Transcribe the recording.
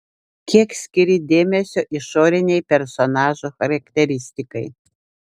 kiek skiri dėmesio išorinei personažo charakteristikai